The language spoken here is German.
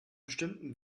bestimmten